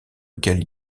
lequel